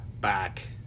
back